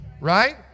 right